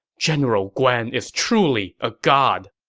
general guan is truly a god!